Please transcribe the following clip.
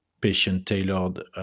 patient-tailored